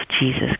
Jesus